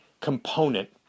component